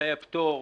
מבצעי הפטור,